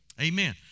Amen